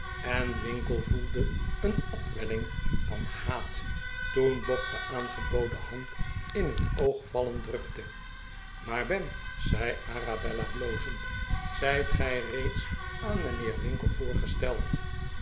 en winkle voelde een opwelling van haat toen bob de aangeboden hand in het oog vallend drukte maar ben zei arabella blozend zijt gij reeds aan mijnheer winkle voorgesteld